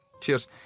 Cheers